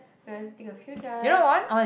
when I think of Hyundai